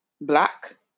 Black